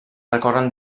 recorren